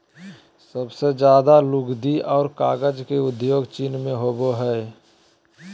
सबसे ज्यादे लुगदी आर कागज के उद्योग चीन मे होवो हय